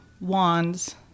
wands